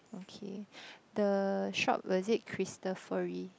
okay the shop was it Cristofori